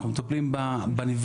אנחנו מטפלים בנפגע.